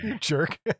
jerk